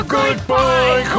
Goodbye